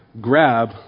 grab